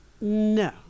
no